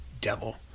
devil